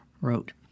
wrote